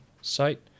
Site